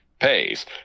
pays